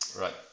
Right